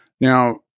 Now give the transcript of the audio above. Now